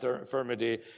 infirmity